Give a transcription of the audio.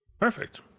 Perfect